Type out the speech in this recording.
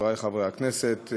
חברי חברי הכנסת,